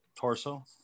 Torso